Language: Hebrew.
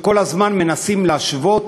שכל הזמן מנסים להשוות,